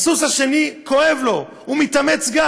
הסוס השני, כואב לו, גם הוא מתאמץ.